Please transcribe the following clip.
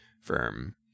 firm